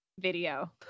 video